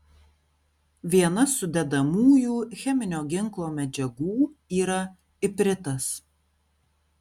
viena sudedamųjų cheminio ginklo medžiagų yra ipritas